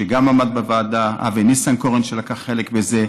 שגם עמד בוועדה, אבי ניסנקורן, שלקח חלק בזה,